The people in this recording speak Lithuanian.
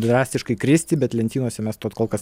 drastiškai kristi bet lentynose mes to kol kas